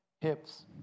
hips